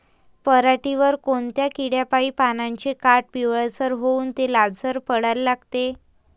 पऱ्हाटीवर कोनत्या किड्यापाई पानाचे काठं पिवळसर होऊन ते लालसर पडाले लागते?